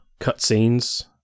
cutscenes